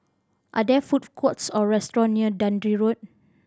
are there food courts or restaurant near Dundee Road